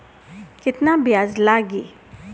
केतना ब्याज लागी?